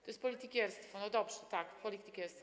To jest politykierstwo, no, dobrze, tak, politykierstwo.